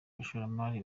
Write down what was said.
bashoramari